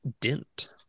Dent